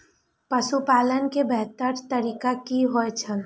पशुपालन के बेहतर तरीका की होय छल?